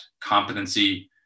competency